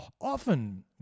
Often